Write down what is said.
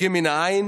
רחוקים מן העין,